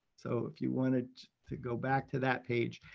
so if you wanted to go back to that page,